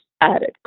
added